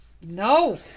No